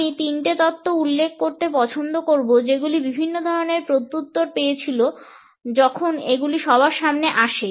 আমি তিনটে তত্ত্ব উল্লেখ করতে পছন্দ করব যেগুলি বিভিন্ন ধরনের প্রত্যুত্তর পেয়েছিল যখন এগুলি সবার সামনে আসে